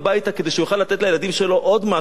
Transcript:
כדי שהוא יוכל לתת לילדים שלו עוד משהו.